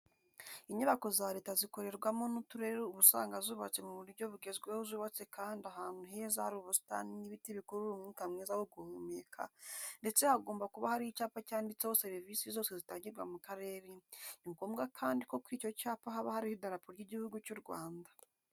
Inyubako za leta zikorerwamo n'uturere uba usanga zubatswe mu buryo bugezweho zubatswe kandi ahantu heza hari ubusitani n'ibiti bikurura umwuka mwiza wo guhumeka ndetse hagomba kuba hari icyapa cyanditseho serivisi zose zitangirwa mu karere, ni ngombwa kandi ko kuri icyo cyapa haba hariho idarapo ry'Igihugu cy'u Rwanda.